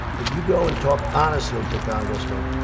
but you go and talk honestly to congressmen.